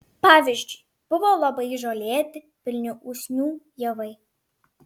pavyzdžiui buvo labai žolėti pilni usnių javai